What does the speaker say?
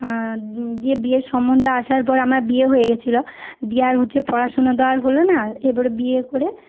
দিয়ে বিয়ের সম্বন্ধ আসার পর আমার বিয়ে হয়ে গেছিল দিয়ে আর হচ্ছে পড়াশুনো তো আর হল না এরপরে বিয়ে করে